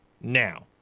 Now